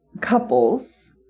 couples